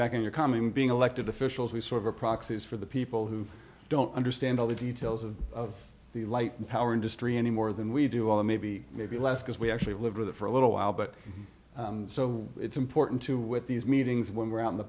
back in your coming being elected officials we've sort of proxies for the people who don't understand all the details of of the light power industry anymore than we do although maybe maybe less because we actually lived with it for a little while but so it's important to with these meetings when we're out in the